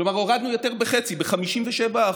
כלומר ירדנו ביותר מחצי, ב-57%.